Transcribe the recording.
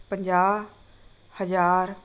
ਪੰਜਾਹ ਹਜ਼ਾਰ